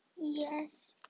yes